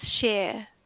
share